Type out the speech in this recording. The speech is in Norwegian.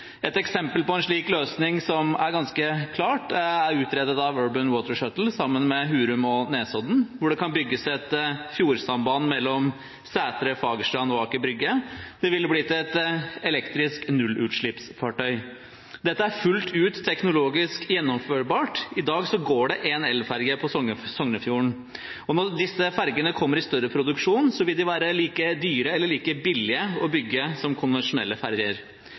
Et eksempel på en slik løsning, som er ganske klart, er utredet av Urban Water Shuttle sammen med Hurum og Nesodden, hvor det kan bygges et fjordsamband mellom Sætre, Fagerstrand og Aker Brygge. Det ville blitt et elektrisk nullutslippsfartøy. Dette er fullt ut teknologisk gjennomførbart. I dag går det en elferje på Sognefjorden, og når disse ferjene kommer i større produksjon, vil de være like dyre eller like billige å bygge som konvensjonelle ferjer.